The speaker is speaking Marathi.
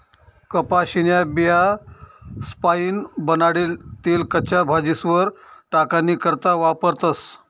कपाशीन्या बियास्पाईन बनाडेल तेल कच्च्या भाजीस्वर टाकानी करता वापरतस